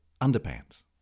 underpants